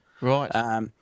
Right